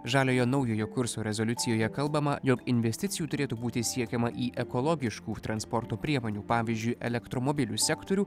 žaliojo naujojo kurso rezoliucijoje kalbama jog investicijų turėtų būti siekiama į ekologiškų transporto priemonių pavyzdžiui elektromobilių sektorių